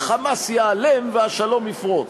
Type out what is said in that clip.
ה"חמאס" ייעלם והשלום יפרוץ.